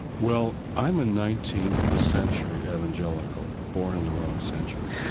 well, i'm a nineteenth century evangelical, born in the wrong century